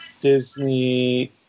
Disney